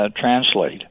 translate